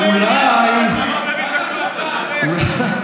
אתה לא מבין בכלום, אתה צודק.